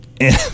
And-